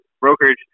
brokerage